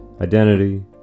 identity